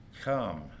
Come